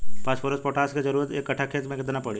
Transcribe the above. Phosphorus potash के जरूरत एक कट्ठा खेत मे केतना पड़ी?